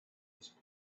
was